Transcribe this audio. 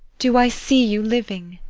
do i see you living?